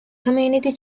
community